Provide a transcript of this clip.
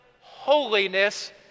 Holiness